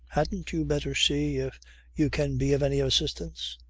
hadn't you better see if you can be of any assistance?